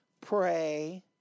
pray